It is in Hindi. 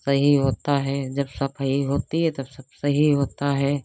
सही होता है जब सफाई होती है तो सब सही होता है